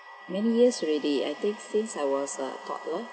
many years already I think since I was uh toddler